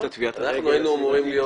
אנחנו היינו אמורים להיות